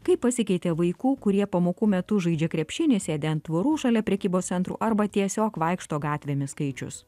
kaip pasikeitė vaikų kurie pamokų metu žaidžia krepšinį sėdi ant tvorų šalia prekybos centrų arba tiesiog vaikšto gatvėmis skaičius